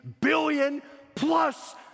billion-plus